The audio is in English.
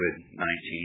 COVID-19